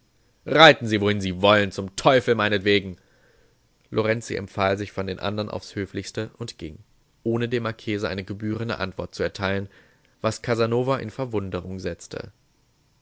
reiten sie wohin sie wollen zum teufel meinetwegen lorenzi empfahl sich von den andern aufs höflichste und ging ohne dem marchese eine gebührende antwort zu erteilen was casanova in verwunderung setzte